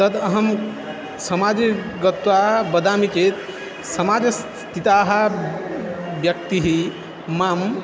तद् अहं समाजे गत्वा वदामि चेत् समाजस्थिताः व्यक्तयः माम्